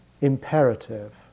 imperative